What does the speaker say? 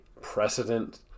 precedent